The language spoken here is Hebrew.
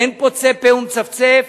אין פוצה פה ומצפצף.